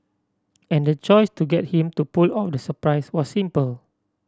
and the choice to get him to pull off the surprise was simple